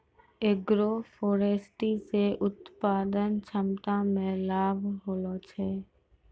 agroforestry से उत्पादन क्षमता मे लाभ होलो छै